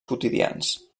quotidians